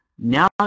Now